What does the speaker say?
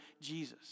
Jesus